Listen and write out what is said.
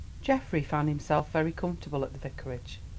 geoffrey found himself very comfortable at the vicarage,